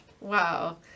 Wow